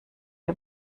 der